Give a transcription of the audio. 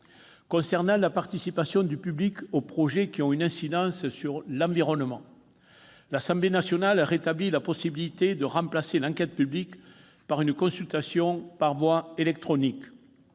Concernant la participation du public aux projets qui ont une incidence sur l'environnement, l'Assemblée nationale a rétabli la possibilité de remplacer l'enquête publique par une consultation par voie électronique.